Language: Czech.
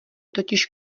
totiž